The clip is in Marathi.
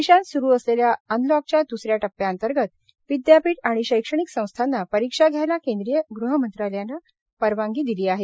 देशात स्रु असलेल्या अनलॉकच्या द्सऱ्या टप्प्याअंतर्गत विद्यापीठ आणि शैक्षणिक संस्थांना परीक्षा घ्यायला केंद्रीय गृहमंत्रालयानं परवानगी दिली आहे